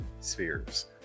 spheres